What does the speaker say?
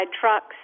trucks